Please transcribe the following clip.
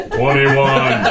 21